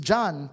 John